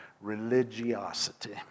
Religiosity